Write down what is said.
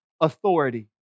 authority